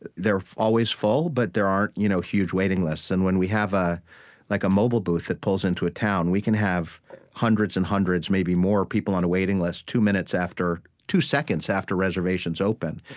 they're always full, but there aren't you know huge waiting lists. and when we have ah like a mobile booth that pulls into a town, we can have hundreds and hundreds, maybe more people on a waiting list two minutes after two seconds after reservations open.